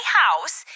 house